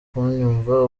kunyumva